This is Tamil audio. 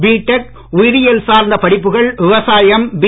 பிடெக் உயிரியல் சார்ந்த படிப்புகள் விவசாயம் பி